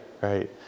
right